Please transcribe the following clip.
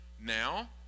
Now